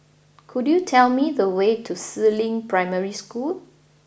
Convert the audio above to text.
could you tell me the way to Si Ling Primary School